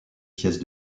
pièces